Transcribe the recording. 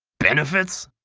benefits?